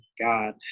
God